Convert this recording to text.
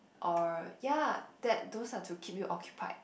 or ya that those are to keep you occupied